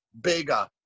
bigger